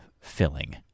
filling